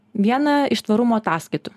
vieną iš tvarumo ataskaitų